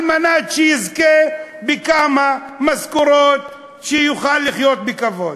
כדי שיזכה בכמה משכורות, שיוכל לחיות בכבוד.